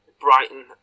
Brighton